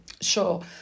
Sure